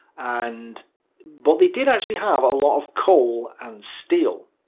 and but they did actually have a lot of coal and steel.